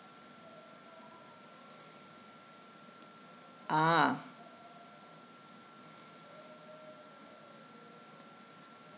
ah